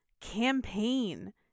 campaign